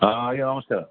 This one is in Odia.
ହଁ ଆଜ୍ଞା ନମସ୍କାର